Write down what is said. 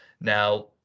Now